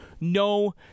no